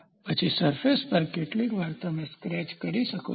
પછી સરફેસ પર કેટલીકવાર તમે સ્ક્રેચ કરી શકો છો